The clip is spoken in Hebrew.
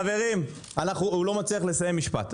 חברים, הוא לא מצליח לסיים משפט.